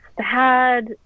sad